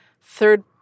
third